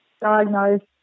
diagnosed